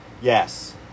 yes